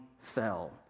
fell